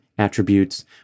attributes